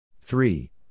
Three